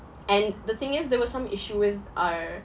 and the thing is there was some issue with our